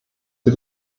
für